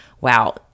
wow